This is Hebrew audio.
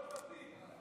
מספיק.